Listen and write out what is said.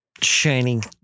shining